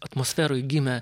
atmosferoj gimė